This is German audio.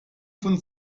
von